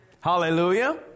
Hallelujah